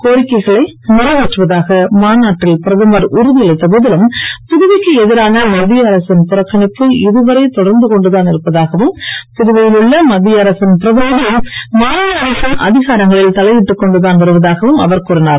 கோரிக்கைகளை நிறைவேற்றுவதாக மாநாட்டில் பிரதமர் உறுதி அளித்த போதிலும் புதுவைக்கு எதிரான மத்திய அரசின் புறக்கணிப்பு இதுவரை தொடர்ந்து கொண்டு தான் இருப்பதாகவும் புதுவையில் உள்ள மத்திய அரசின் பிரதிநிதி மாநில அரசின் அதிகாரங்களில் தலையிட்டுக் கொண்டுதான் வருவதாகவும் அவர் கூறினார்